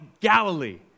Galilee